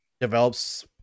develops